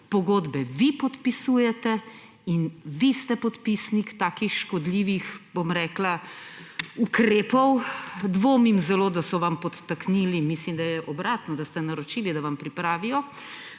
Pogodbe vi podpisujete in vi ste podpisnik takih škodljivih ukrepov. Zelo dvomim, da so vam podtaknili, mislim, da je obratno, da ste naročili, da vam pripravijo